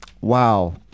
Wow